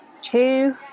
two